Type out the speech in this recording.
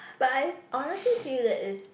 but I honestly feel that it's